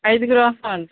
ఐదుగురం వస్తామండి